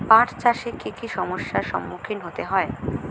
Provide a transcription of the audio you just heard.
পাঠ চাষে কী কী সমস্যার সম্মুখীন হতে হয়?